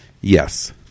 Yes